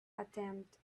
attempt